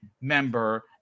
member